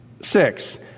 six